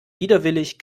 widerwillig